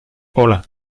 hola